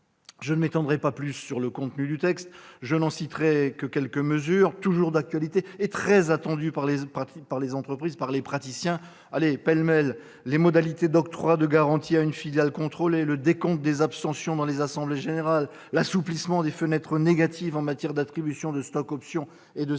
Sans m'étendre sur le contenu de la proposition de loi, j'en citerai quelques mesures, toujours d'actualité et très attendues par les entreprises et tous les praticiens : les modalités d'octroi de garanties à une filiale contrôlée, le décompte des abstentions dans les assemblées générales, l'assouplissement des « fenêtres négatives » en matière d'attribution de stock-options et de cession